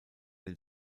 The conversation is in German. den